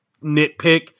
nitpick